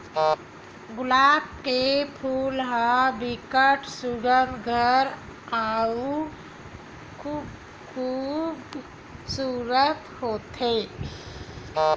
गुलाब के फूल ह बिकट सुग्घर अउ खुबसूरत होथे